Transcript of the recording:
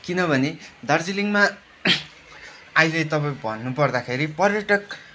किनभने दार्जिलिङमा अहिले तपाईँ भन्नुपर्दाखेरि पर्यटक